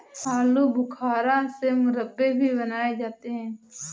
आलू बुखारा से मुरब्बे भी बनाए जाते हैं